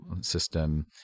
system